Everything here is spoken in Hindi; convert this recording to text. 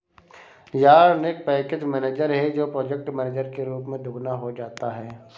यार्न एक पैकेज मैनेजर है जो प्रोजेक्ट मैनेजर के रूप में दोगुना हो जाता है